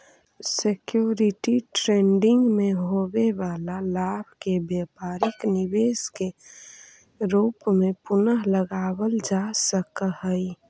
security trading में होवे वाला लाभ के व्यापारिक निवेश के रूप में पुनः लगावल जा सकऽ हई